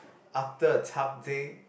after a tough day